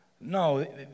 No